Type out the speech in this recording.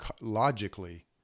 logically